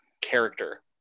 character